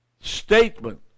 statement